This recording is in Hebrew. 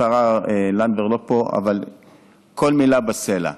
השרה לנדבר לא פה, אבל כל מילה בסלע.